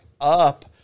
up